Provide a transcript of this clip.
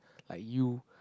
like you